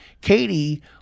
Katie